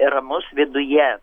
ramus viduje